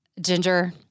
Ginger